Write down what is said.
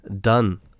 done